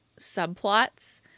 subplots